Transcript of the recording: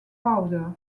powder